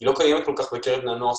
אבל היא לא קיימת כל כך בקרב בני נוער.